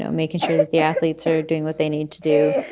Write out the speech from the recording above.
so making sure that the athletes are doing what they need to do.